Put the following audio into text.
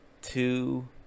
two